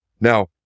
Now